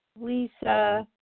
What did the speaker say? lisa